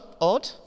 odd